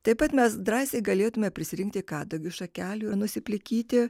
taip pat mes drąsiai galėtumėme prisirinkti kadagio šakelių ir nusiplikyti